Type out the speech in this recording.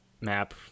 map